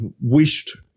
wished